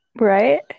right